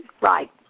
Right